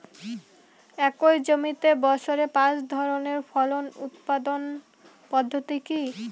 একই জমিতে বছরে পাঁচ ধরনের ফসল উৎপাদন পদ্ধতি কী?